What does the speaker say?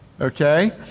Okay